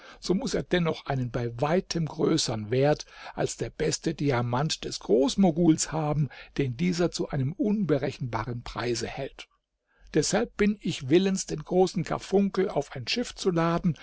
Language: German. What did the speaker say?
so muß er dennoch einen bei weitem größern wert als der beste diamant des großmoguls haben den dieser zu einem unberechenbaren preise hält deshalb bin ich willens den großen karfunkel auf ein schiff zu laden